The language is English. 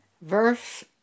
Verse